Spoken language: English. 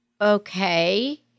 okay